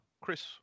Chris